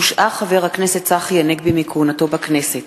הושעה חבר הכנסת צחי הנגבי מכהונתו בכנסת.